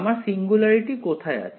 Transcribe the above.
আমার সিঙ্গুলারিটি কোথায় আছে